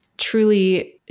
Truly